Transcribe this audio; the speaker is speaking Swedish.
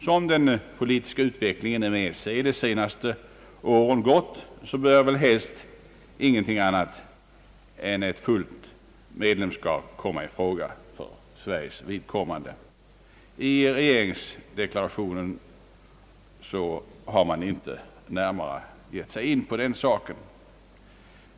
Som den politiska utvecklingen gått inom EEC de senaste åren, bör väl helst ingenting annat än ett fullt medlemskap komma i fråga för Sveriges del. I regeringsdeklarationen har man inte närmare gett sig in på den saken.